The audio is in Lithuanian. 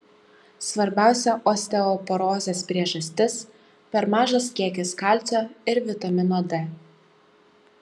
svarbiausia osteoporozės priežastis per mažas kiekis kalcio ir vitamino d